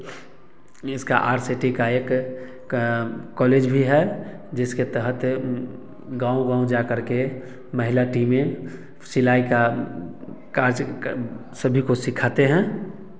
इसका C T का एक कैंम कॉलेज भी है जिसके तहत गाँव गाँव जा करके महिला टीमें सिलाई का काँच सभी को सिखाते हैं